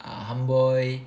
uh ham boy